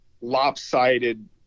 lopsided